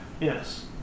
Yes